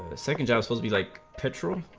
the sec and ah so also be like control